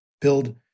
build